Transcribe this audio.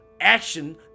action